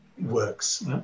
works